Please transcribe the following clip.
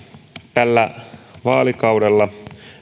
tällä vaalikaudella